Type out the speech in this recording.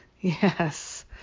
Yes